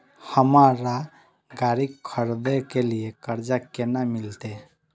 हमरा गाड़ी खरदे के लिए कर्जा केना मिलते?